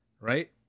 right